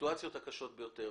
בסיטואציות הקשות ביותר.